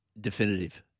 definitive